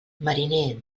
mariner